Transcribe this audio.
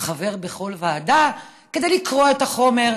חברים בכל ועדה כדי לקרוא את החומר,